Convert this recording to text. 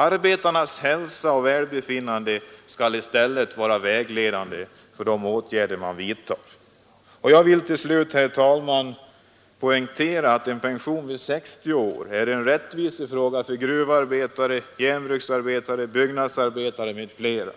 Arbetarnas hälsa och välbefinnande skall i stället vara vägledande vid valet av de åtgärder som skall vidtas. Jag vill till slut, herr talman, poängtera att pension vid 60 år är en rättvisefråga för gruvarbetare, järnbruksarbetare, byggnadsarbetare m.fl.